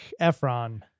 Efron